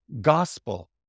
gospel